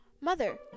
Mother